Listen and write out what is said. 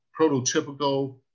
prototypical –